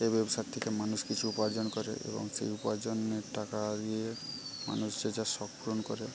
এই ব্যবসার থেকে মানুষ কিছু উপার্জন করে এবং সেই উপার্জনের টাকা দিয়ে মানুষ যে যার শখ পূরণ করে